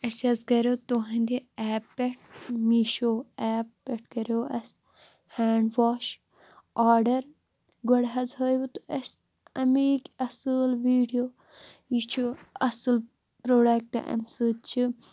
اَسہِ حظ کَریٚو تُہنٛدِ ایٚپ پٮ۪ٹھ میٖشَو ایٚپ پٮ۪ٹھ کَریٚو اسہِ ہینٛڈ واش آرڈَر گۄڈٕ حظ ہٲیوٕ تۄہہِ اسہِ امکۍ اصٕل ویڈیو یہِ چھُ اصٕل پرٛوڈکٹ امہِ سۭتۍ چھِ